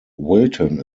wilton